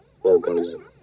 organism